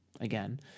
again